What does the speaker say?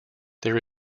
there